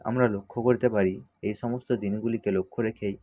আমরা লক্ষ্য করতে পারি এই সমস্ত দিনগুলিকে লক্ষ্য রেখেই